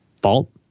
fault